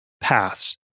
paths